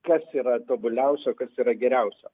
kas yra tobuliausio kas yra geriausio